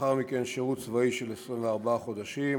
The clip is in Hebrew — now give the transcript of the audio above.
לאחר מכן שירות צבאי של 24 חודשים,